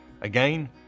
Again